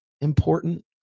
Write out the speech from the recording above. important